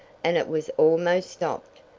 and it was almost stopped,